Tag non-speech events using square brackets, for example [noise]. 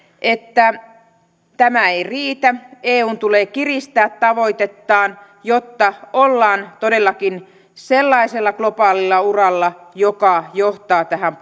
että tämä ei riitä eun tulee kiristää tavoitettaan jotta ollaan todellakin sellaisella globaalilla uralla joka johtaa tähän [unintelligible]